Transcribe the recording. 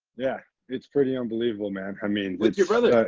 yeah, it's pretty unbelievable, man. i mean with your brother.